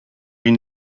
une